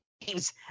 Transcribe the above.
games